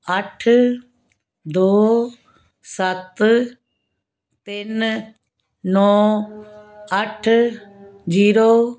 ਅੱਠ ਦੋ ਸੱਤ ਤਿੰਨ ਨੌਂ ਅੱਠ ਜੀਰੋ